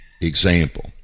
Example